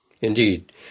Indeed